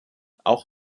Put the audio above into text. auch